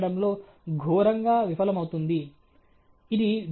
అనుభావిక మోడలింగ్ కోసం మనం చూడవలసిన మూడవ విషయం ఓవర్ ఫిటింగ్